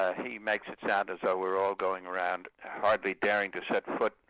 ah he makes it sound as though we're all going around hardly daring to set foot,